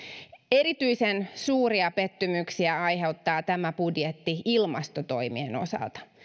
erityisen suuria pettymyksiä aiheuttaa tämä budjetti ilmastotoimien osalta